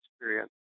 experience